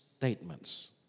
statements